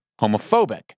homophobic